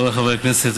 חבריי חברי הכנסת,